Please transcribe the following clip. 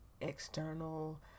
external